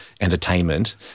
entertainment